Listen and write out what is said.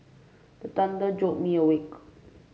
the thunder jolt me awake